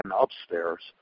upstairs